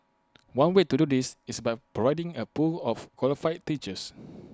one way to do this is by providing A pool of qualified teachers